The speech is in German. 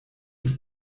ist